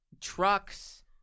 trucks